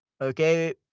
Okay